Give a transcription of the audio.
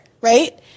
right